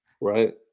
right